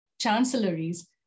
chancelleries